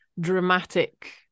dramatic